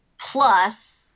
plus